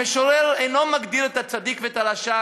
המשורר אינו מגדיר את הצדיק ואת הרשע,